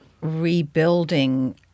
rebuilding